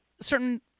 certain